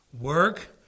work